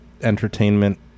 entertainment